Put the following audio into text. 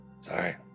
Sorry